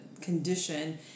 condition